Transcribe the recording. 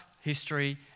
history